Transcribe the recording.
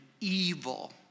evil